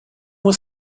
were